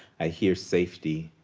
i hear, safety,